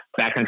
backcountry